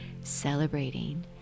celebrating